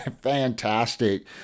fantastic